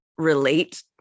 relate